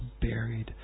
buried